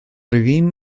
fin